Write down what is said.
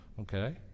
okay